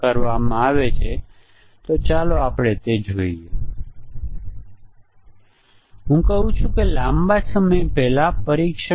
જો આપણે unit testing ને બાયપાસ કર્યું હોત તો તે ભૂલો જે ખૂબ જ સસ્તામાં દૂર કરી શકાયા હોત આપણે તે ભૂલોને દૂર કરવા માટે જબરદસ્ત ટેસ્ટીંગ ખર્ચ ડિબગીંગ ખર્ચ ભોગવીશું